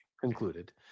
Concluded